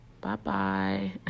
Bye-bye